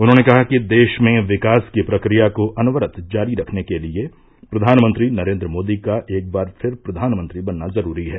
उन्होंने कहा कि देश में विकास की प्रक्रिया को अनवरत जारी रखने के लिये प्रधानमंत्री नरेन्द्र मोदी का एक बार फिर प्रधानमंत्री बनना जरूरी है